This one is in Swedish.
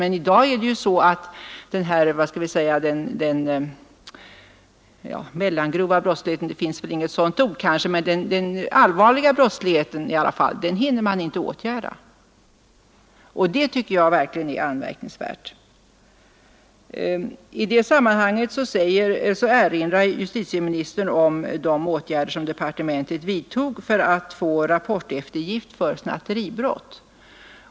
Men i dag är det ju så att man inte hinner åtgärda annan allvarlig brottslighet, och det tycker jag verkligen är anmärkningsvärt. I detta sammanhang erinrar justitieministern om de åtgärder som departementet vidtog för att få rapporteftergift för snatteribrott.